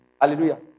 Hallelujah